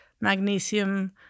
Magnesium